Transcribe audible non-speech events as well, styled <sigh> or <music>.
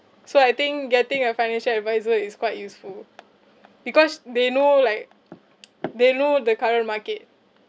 so I think getting a financial adviser is quite useful because they know like <noise> they know the current market